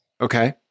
Okay